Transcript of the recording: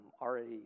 already